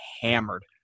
hammered